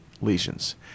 lesions